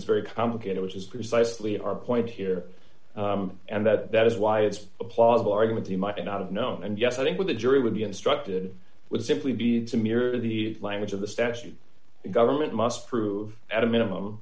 it's very complicated which is precisely our point here and that is why it's a plausible argument he might not have known and yes i think what the jury would be instructed would simply be to mirror the language of the statute government must prove at a minimum